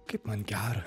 kaip man gera